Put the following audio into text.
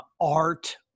art